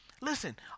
Listen